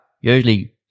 Usually